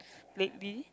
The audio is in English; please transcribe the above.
lately